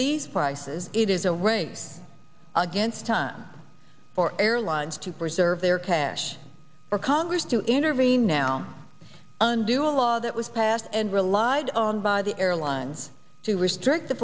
these prices it is a race against time for airlines to preserve their cash for congress to intervene now and do a law that was passed and relied on by the airlines to restrict the